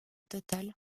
total